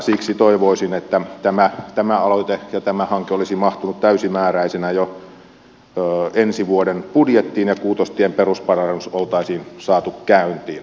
siksi toivoisin että tämä aloite ja tämä hanke olisi mahtunut täysimääräisenä jo ensi vuoden budjettiin ja kuutostien perusparannus oltaisiin saatu käyntiin